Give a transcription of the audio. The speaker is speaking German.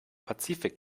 pazifik